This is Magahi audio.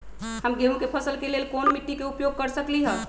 हम गेंहू के फसल के लेल कोन मिट्टी के उपयोग कर सकली ह?